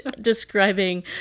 describing